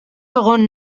egon